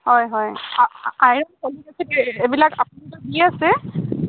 হয় হয় iron folic acid এইবিলাক আপোনোকে দি আছে